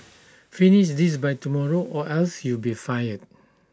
finish this by tomorrow or else you'll be fired